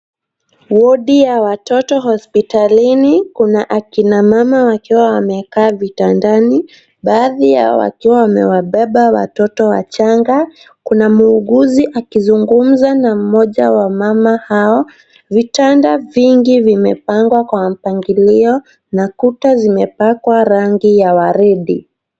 Wodi ya watoto hospitalini. Kuna akina mama wakiwa wamekaa vitandani baadhi yao wakiwa wamewabeba watoto wachanga. Kuna muuguzi akizungumza na mmoja wa mama hao. Vitanda vingi vimepangwa kwa mpangilio na kuta zimepakwa rangi ya waridi.